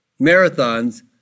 Marathons